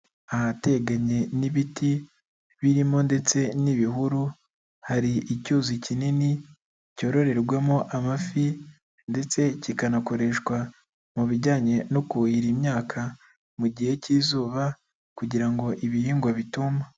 Ahateganye n'ibiti birimo ndetse n'ibihuru, hari icyuzi kinini cyororerwamo amafi ndetse kikanakoreshwa mu bijyanye no kuhira imyaka mu gihe cy'izuba kugira ngo ibihingwa bituma.